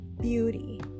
BEAUTY